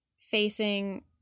facing